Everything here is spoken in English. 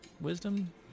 wisdom